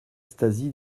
stasi